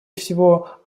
всего